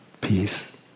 Peace